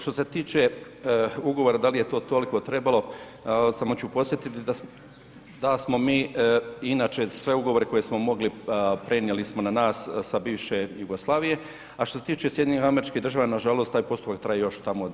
Što se tiče ugovora da li je to toliko trebalo, samo ću podsjetiti da smo mi inače sve ugovore koje smo mogli prenijeli smo na nas sa bivše Jugoslavije, a što se tiče SAD-a nažalost taj postupak traje još tamo od '93.